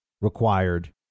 required